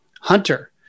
Hunter